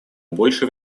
больше